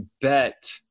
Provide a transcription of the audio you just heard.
bet